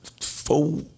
four